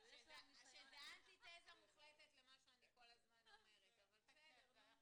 בקול של אימא שיודעת שיש צורך וחשיבות רבה לזה.